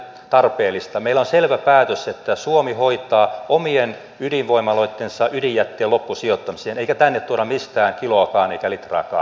meillä on selvä päätös että suomi hoitaa omien ydinvoimaloittensa ydinjätteen loppusijoittamisen eikä tänne tuoda mistään kiloakaan eikä litraakaan